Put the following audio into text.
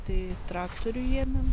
tai traktorių ėmėm